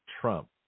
Trump